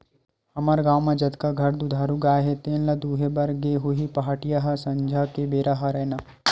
हमर गाँव म जतका घर दुधारू गाय हे तेने ल दुहे बर गे होही पहाटिया ह संझा के बेरा हरय ना